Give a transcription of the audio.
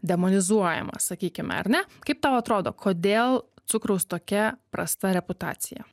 demonizuojamas sakykime ar ne kaip tau atrodo kodėl cukraus tokia prasta reputacija